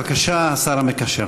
בבקשה, השר המקשר.